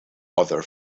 other